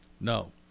No